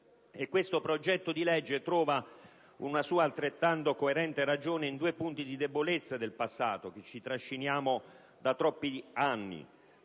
Questo progetto di legge trova una sua altrettanto coerente ragione in due punti di debolezza del passato che ci trasciniamo da troppi anni: